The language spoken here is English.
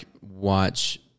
watch